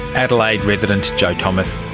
adelaide resident jo thomas.